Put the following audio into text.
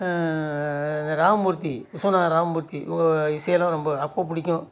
இந்த ராமமூர்த்தி விஸ்வநாதன் ராமமூர்த்தி இவரோடய இசைன்னால் ரொம்ப அப்போது பிடிக்கும்